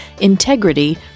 integrity